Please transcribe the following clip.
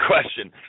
question